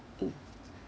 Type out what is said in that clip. mmhmm